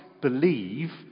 believe